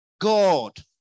God